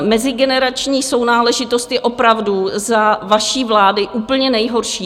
Mezigenerační sounáležitost je opravdu za vaší vlády úplně nejhorší.